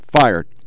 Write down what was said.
fired